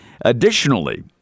Additionally